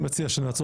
אני מציע שנעצור.